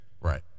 Right